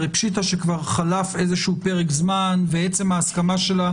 הרי פשיטא שכבר חלף פרק זמן ועצם ההסכמה שלה